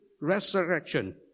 resurrection